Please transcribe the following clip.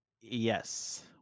Yes